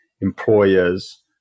employers